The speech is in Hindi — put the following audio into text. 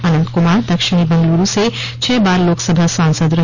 अनंत कुमार दक्षिणी बंगलुरू से छह बार लोकसभा सांसद रहे